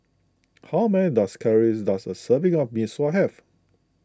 how many calories does a serving of Mee Sua have